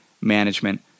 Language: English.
management